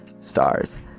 stars